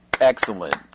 Excellent